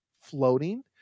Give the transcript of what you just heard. floating